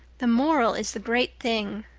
the moral is the great thing.